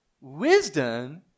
wisdom